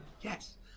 Yes